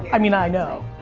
i mean i know.